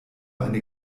eine